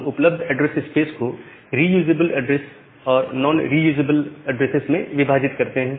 हम उपलब्ध address space को रीयूजजेबल ऐड्रेसेस और नॉन रीयूजजेबल ऐड्रेसेस में विभाजित करते हैं